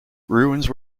ruins